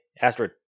Astrid